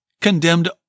condemned